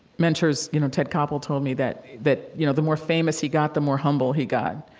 mentors, you know, ted koppel, told me that that you know, the more famous he got, the more humble he got.